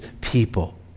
people